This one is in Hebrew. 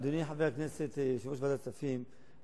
אדוני חבר הכנסת יושב-ראש ועדת הכספים,